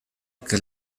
que